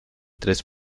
tres